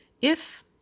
If